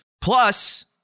Plus